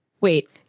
Wait